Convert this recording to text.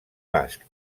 basc